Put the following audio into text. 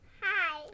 Hi